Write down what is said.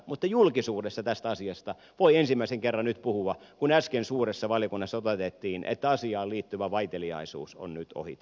mutta julkisuudessa tästä asiasta voi ensimmäisen kerran nyt puhua kun äsken suuressa valiokunnassa opetettiin että asiaan liittyvä vaiteliaisuus on nyt ohi